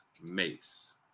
mace